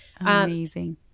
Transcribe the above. Amazing